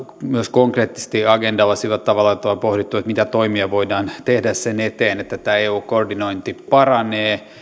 konkreettisesti agendalla sillä tavalla että on pohdittu mitä toimia voidaan tehdä sen eteen että tämä eu koordinointi paranee